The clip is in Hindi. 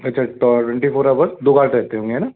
अच्छा टरेंटी फ़ोर आवर्स दो गार्ड रहते होंगे है ना